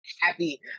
happy